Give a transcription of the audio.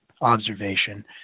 observation